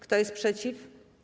Kto jest przeciw?